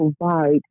provide